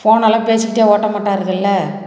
ஃபோனெலாம் பேசிக்கிட்டே ஓட்ட மாட்டாருல்ல